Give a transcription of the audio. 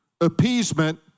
appeasement